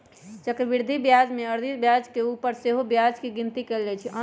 चक्रवृद्धि ब्याज में अर्जित ब्याज के ऊपर सेहो ब्याज के गिनति कएल जाइ छइ